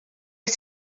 wyt